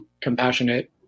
compassionate